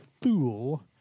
fool